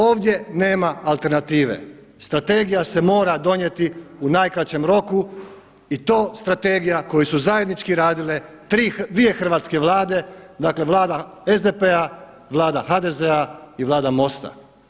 Ovdje nema alternative, strategija se mora donijeti u najkraćem roku i to strategija koju su zajednički radile dvije hrvatske Vlade, dakle Vlada SDP-a, Vlada HDZ-a i Vlada MOST-a.